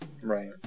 right